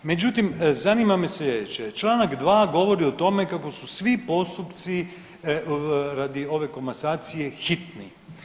Međutim zanima me slijedeće, čl. 2. govori o tome kako su svi postupci radi ove komasacije hitni.